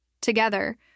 Together